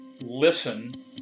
Listen